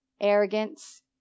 arrogance